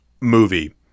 movie